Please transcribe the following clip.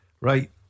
Right